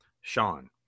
Sean